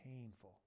painful